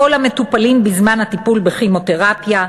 כל המטופלים בזמן הטיפול בכימותרפיה,